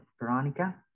Veronica